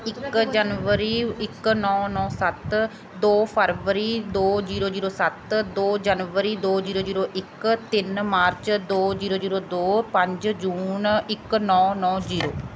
ਇੱਕ ਜਨਵਰੀ ਇੱਕ ਨੌ ਨੌ ਸੱਤ ਦੋ ਫਰਵਰੀ ਦੋ ਜੀਰੋ ਜੀਰੋ ਸੱਤ ਦੋ ਜਨਵਰੀ ਦੋ ਜੀਰੋ ਜੀਰੋ ਇੱਕ ਤਿੰਨ ਮਾਰਚ ਦੋ ਜੀਰੋ ਜੀਰੋ ਦੋ ਪੰਜ ਜੂਨ ਇੱਕ ਨੌ ਨੌ ਜੀਰੋ